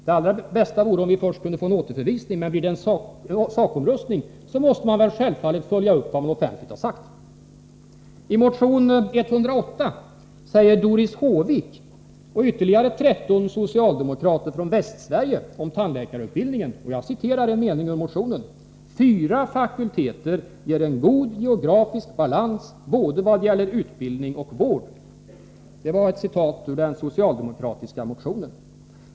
Det allra bästa vore om ärendet skulle återförvisas, men blir det en sakomröstning, måste man självfallet följa upp vad man offentligt har sagt. ”Fyra fakulteter ger en god geografisk balans, både vad gäller utbildning och vad gäller vård.” Det var ett citat ur den socialdemokratiska motionen.